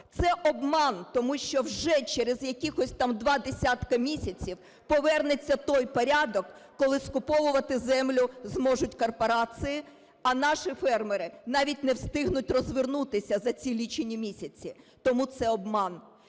це обман, тому що вже через якихось там два десятка місяців повернеться той порядок, коли скуповувати землю зможуть корпорації, а наші фермери навіть не встигнуть розвернутися за ці лічені місяці. Тому це обман.